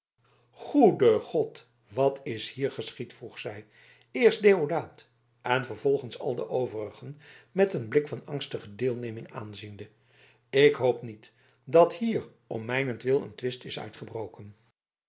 goede god wat is hier geschied vroeg zij eerst deodaat en vervolgens al de overigen met een blik van angstige deelneming aanziende ik hoop niet dat hier om mijnentwil een twist is uitgebroken